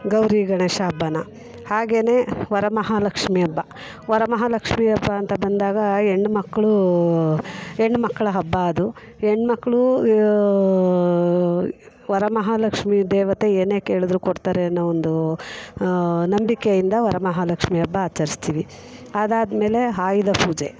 ಗೌರಿ ಗಣೇಶ ಹಬ್ಬನ ಹಾಗೆಯೇ ವರಮಹಾಲಕ್ಷ್ಮಿ ಹಬ್ಬ ವರಮಹಾಲಕ್ಷ್ಮಿ ಹಬ್ಬ ಅಂತ ಬಂದಾಗ ಹೆಣ್ಮಕ್ಳು ಹೆಣ್ಮಕ್ಳ ಹಬ್ಬ ಅದು ಹೆಣ್ಮಕ್ಳು ಯ ವರಮಹಾಲಕ್ಷ್ಮಿ ದೇವತೆ ಏನೇ ಕೇಳಿದ್ರು ಕೊಡ್ತಾರೆ ಅನ್ನೋ ಒಂದು ನಂಬಿಕೆಯಿಂದ ಮಹಾಲಕ್ಷ್ಮಿ ಹಬ್ಬ ಆಚರಿಸ್ತೀವಿ ಅದಾದ್ಮೇಲೆ ಆಯ್ದ ಪೂಜೆ